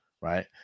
right